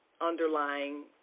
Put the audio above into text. underlying